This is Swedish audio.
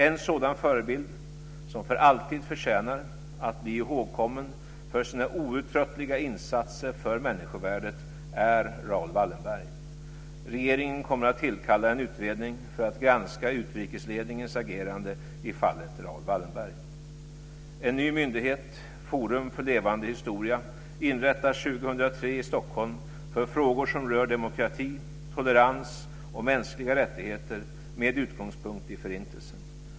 En sådan förebild, som för alltid förtjänar att bli ihågkommen för sina outtröttliga insatser för människovärdet, är Raoul Wallenberg. Regeringen kommer att tillkalla en utredning för att granska utrikesledningens agerande i fallet Raoul Wallenberg. inrättas 2003 i Stockholm för frågor som rör demokrati, tolerans och mänskliga rättigheter med utgångspunkt i Förintelsen.